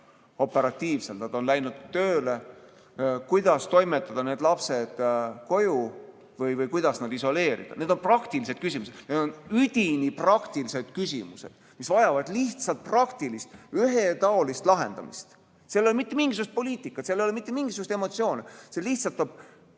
saada, sest nad on läinud tööle? Kuidas toimetada need lapsed koju või kuidas nad isoleerida? Need on praktilised küsimused, üdini praktilised küsimused, mis vajavad lihtsalt praktilist ühetaolist lahendamist. Seal ei ole mitte mingisugust poliitikat, seal ei ole mitte mingisugust emotsiooni, see on lihtsalt